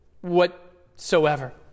whatsoever